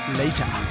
later